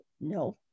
no